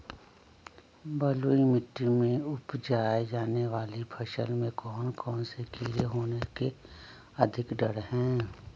बलुई मिट्टी में उपजाय जाने वाली फसल में कौन कौन से कीड़े होने के अधिक डर हैं?